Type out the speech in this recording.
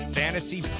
fantasy